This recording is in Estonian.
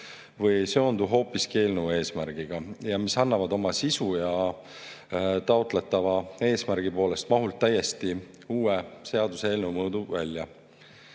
ei seondu hoopiski eelnõu eesmärgiga ja annavad oma sisu ja taotletava eesmärgi poolest mahult täiesti uue seaduseelnõu mõõdu välja.